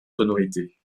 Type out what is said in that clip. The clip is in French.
sonorités